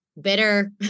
bitter